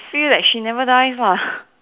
feel that she never dies lah